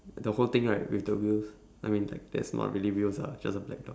the whole thing right with the wheels I mean like that's not really wheels lah just a black dot